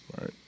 Right